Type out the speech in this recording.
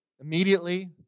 immediately